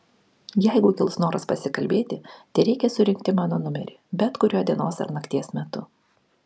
jeigu kils noras pasikalbėti tereikia surinkti mano numerį bet kuriuo dienos ar nakties metu